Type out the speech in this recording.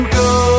go